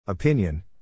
Opinion